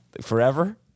forever